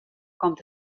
komt